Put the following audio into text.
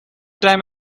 time